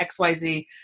XYZ